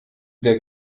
der